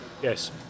Yes